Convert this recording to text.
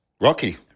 Rocky